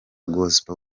gospel